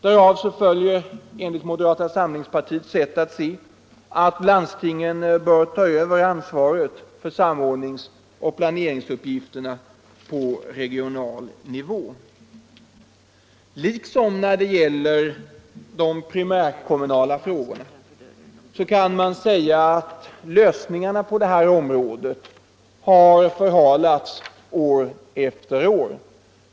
Därav följer, enligt moderata samlingspartiets sätt att se, att landstingen bör ta över ansvaret för samordningsoch planeringsuppgifterna på regional nivå. Liksom när det gäller de primärkommunala frågorna kan man säga att lösningarna på det här området har förhalats år efter år.